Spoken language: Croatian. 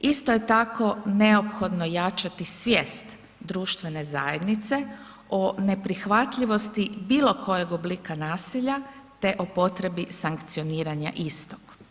Isto je tako neophodno jačati svijest društvene zajednice o neprihvatljivosti bilokojeg oblika nasilja te o potrebi sankcioniranja istog.